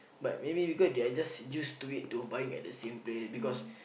but maybe because they are just used to it to buying at the same place because